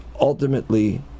ultimately